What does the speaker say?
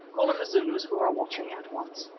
call in the zulus who are watching at once.